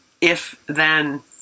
if-then